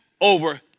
over